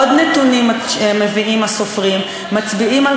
עוד נתונים שמביאים הסופרים מצביעים על